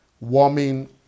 warming